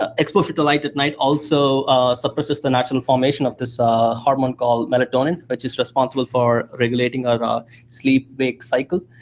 ah exposure to light at night also suppresses the natural formation of this ah hormone called melatonin, which is responsible for regulating our sleep-wake cycle.